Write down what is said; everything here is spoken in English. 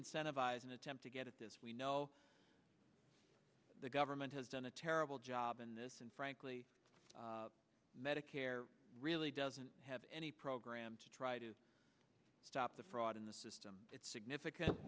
incentivize an attempt to get at this we know the government has done a terrible job in this and frankly medicare really doesn't have any program to try to stop the fraud in the system it's significant